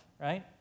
right